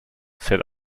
said